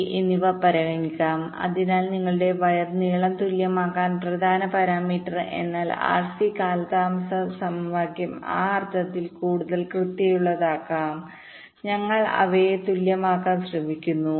R C എന്നിവ പരിഗണിക്കാം അതിനാൽ നിങ്ങളുടെ വയർ നീളം തുല്യമാക്കൽ പ്രധാന പാരാമീറ്റർ എന്നാൽ ആർസി കാലതാമസ സമവാക്യം ആ അർത്ഥത്തിൽ കൂടുതൽ കൃത്യതയുള്ളതാകാം ഞങ്ങൾ അവയെ തുല്യമാക്കാൻ ശ്രമിക്കുന്നു